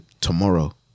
tomorrow